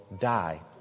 die